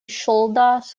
ŝuldas